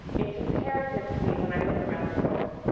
it's imperative to me, when i look around the world,